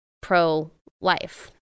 pro-life